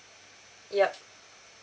yup